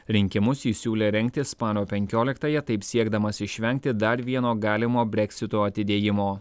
rinkimus jis siūlė rengti spalio penkioliktąją taip siekdamas išvengti dar vieno galimo breksito atidėjimo